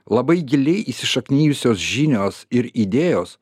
labai giliai įsišaknijusios žinios ir idėjos